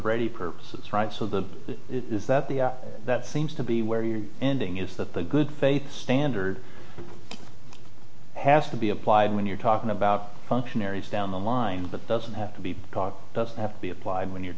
brady purposes right so the it is that the that seems to be where you're ending is that the good faith standard has to be applied when you're talking about functionaries down the line but doesn't have to be taught doesn't have to be applied when you're